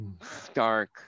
stark